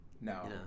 no